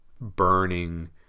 burning